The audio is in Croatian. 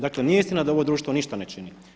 Dakle nije istina da ovo društvo ništa ne čini.